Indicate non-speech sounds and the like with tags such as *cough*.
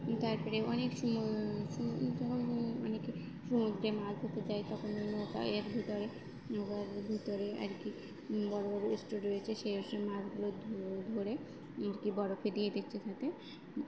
তারপরে অনেক *unintelligible* সমুদ্রে মাছ ধরতে যায় তখন নৌকা এর ভিতরে নৌকার ভিতরে আর কি বড়ো বড়ো স্টোর রয়েছে সেই *unintelligible* মাছগুলো ধরে আর কি বরফে দিয়ে বেঁচে থাকে